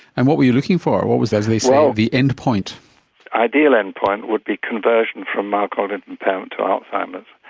and what were you looking for, what was as they say the end point? the ideal end point would be conversion from mild cognitive impairment to alzheimer's.